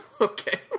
Okay